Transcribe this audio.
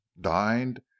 dined